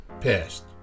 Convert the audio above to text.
passed